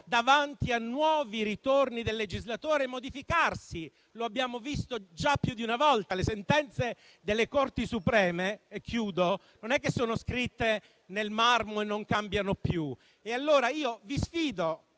davanti a nuovi ritorni del legislatore, modificarsi. Lo abbiamo visto già più di una volta: le sentenze delle Corti supreme non sono scritte nel marmo e non cambiano più. Allora vi sfido,